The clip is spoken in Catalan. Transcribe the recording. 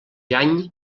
any